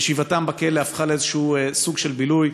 ישיבתם בכלא הפכה לסוג של בילוי,